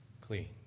clean